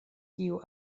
kiu